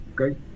Okay